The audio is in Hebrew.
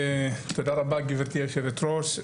תודה רבה גברתי היושבת ראש,